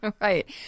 Right